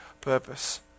purpose